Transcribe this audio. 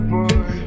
boy